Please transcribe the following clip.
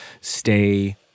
stay